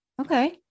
okay